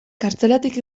kartzelatik